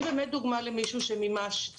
אני באמת דוגמה למישהי שמימשתי.